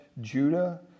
Judah